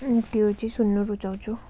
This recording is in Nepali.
त्यो चाहिँ सुन्न रुचाउँछु